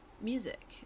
music